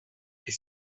est